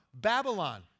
Babylon